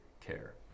care